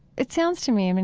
it sounds to me, i mean,